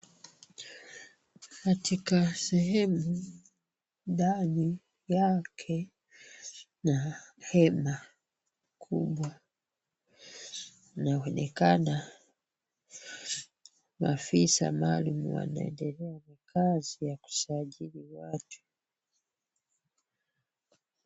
Katika sehemu ndani yake na hema kubwa inaonekana maafisa maalumu wanaendelea na kazi ya kusajili watu.